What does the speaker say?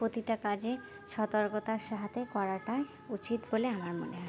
প্রতিটা কাজে সতর্কতার সাথে করাটাই উচিত বলে আমার মনে হয়